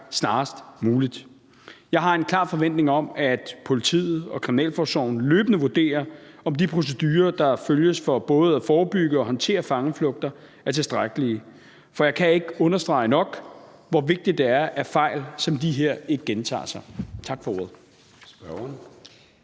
snarest muligt. Jeg har en klar forventning om, at politiet og kriminalforsorgen løbende vurderer, om de procedurer, der følges for både at forebygge og forhindre fangeflugter, er tilstrækkelige. For jeg kan ikke understrege nok, hvor vigtigt det er, at fejl som de her ikke gentager sig. Tak for ordet.